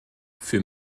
für